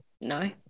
No